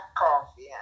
coffee